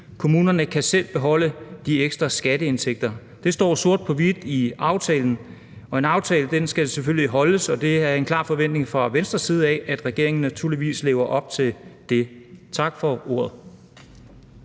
Kommunerne kan selv beholde de ekstra skatteindtægter«. Det står sort på hvidt i aftalen, og en aftale skal selvfølgelig holdes. Og der er en klar forventning fra Venstres side om, at regeringen naturligvis lever op til det. Tak for ordet.